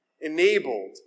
enabled